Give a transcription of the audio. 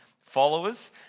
followers